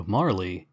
Marley